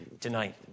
tonight